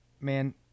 man